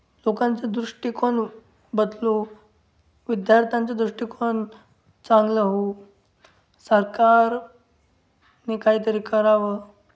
लोकांचा दृष्टिकोन बदलो विद्यार्थ्यांचं दृष्टिकोन चांगलं होवो सरकारने काहीतरी करावं